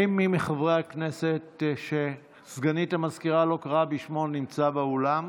האם מי מחברי הכנסת שסגנית המזכירה לא קראה בשמו נמצא באולם?